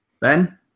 Ben